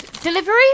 Delivery